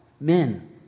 Men